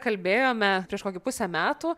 kalbėjome prieš kokį pusę metų